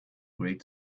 great